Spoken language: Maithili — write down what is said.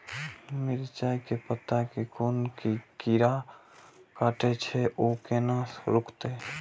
मिरचाय के पत्ता के कोन कीरा कटे छे ऊ केना रुकते?